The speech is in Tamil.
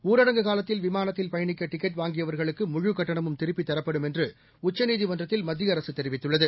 ஊரடங்கு காலத்தில் விமானத்தில் பயணிக்க டிக்கெட் வாங்கியவர்களுக்கு முழுக்கட்டணமும் திருப்பித் தரப்படும் என்று உச்சநீதிமன்றத்தில் மத்திய அரசு தெரிவித்துள்ளது